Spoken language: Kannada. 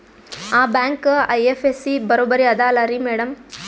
ಆ ಬ್ಯಾಂಕ ಐ.ಎಫ್.ಎಸ್.ಸಿ ಬರೊಬರಿ ಅದಲಾರಿ ಮ್ಯಾಡಂ?